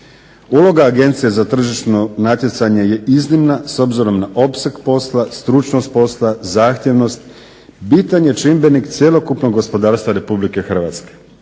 Uloga Agencije za tržišno natjecanje je iznimna s obzirom na opseg posla, stručnost posla, zahtjevnost, bitan je čimbenik cjelokupnog gospodarstva Republike Hrvatske.